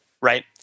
Right